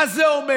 מה זה אומר?